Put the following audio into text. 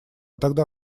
тогда